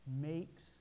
makes